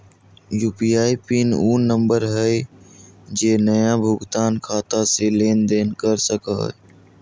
UPI PIN उ number हइ जे नया भुगतान खाता से लेन देन कर सको हइ